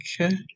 Okay